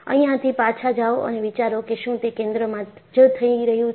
અહિયાંથી પાછા જાઓ અને વિચારો કે શું તે કેન્દ્રમાં જ થઈ રહ્યું છે